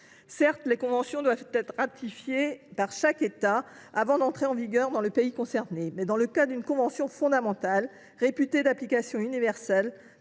Certes, les conventions doivent être ratifiées par les États avant d’entrer en vigueur, mais, dans le cas d’une convention fondamentale, réputée d’application universelle,